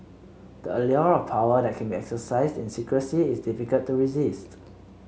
the allure of power that can be exercised in secrecy is difficult to resist